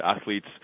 athletes